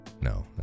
no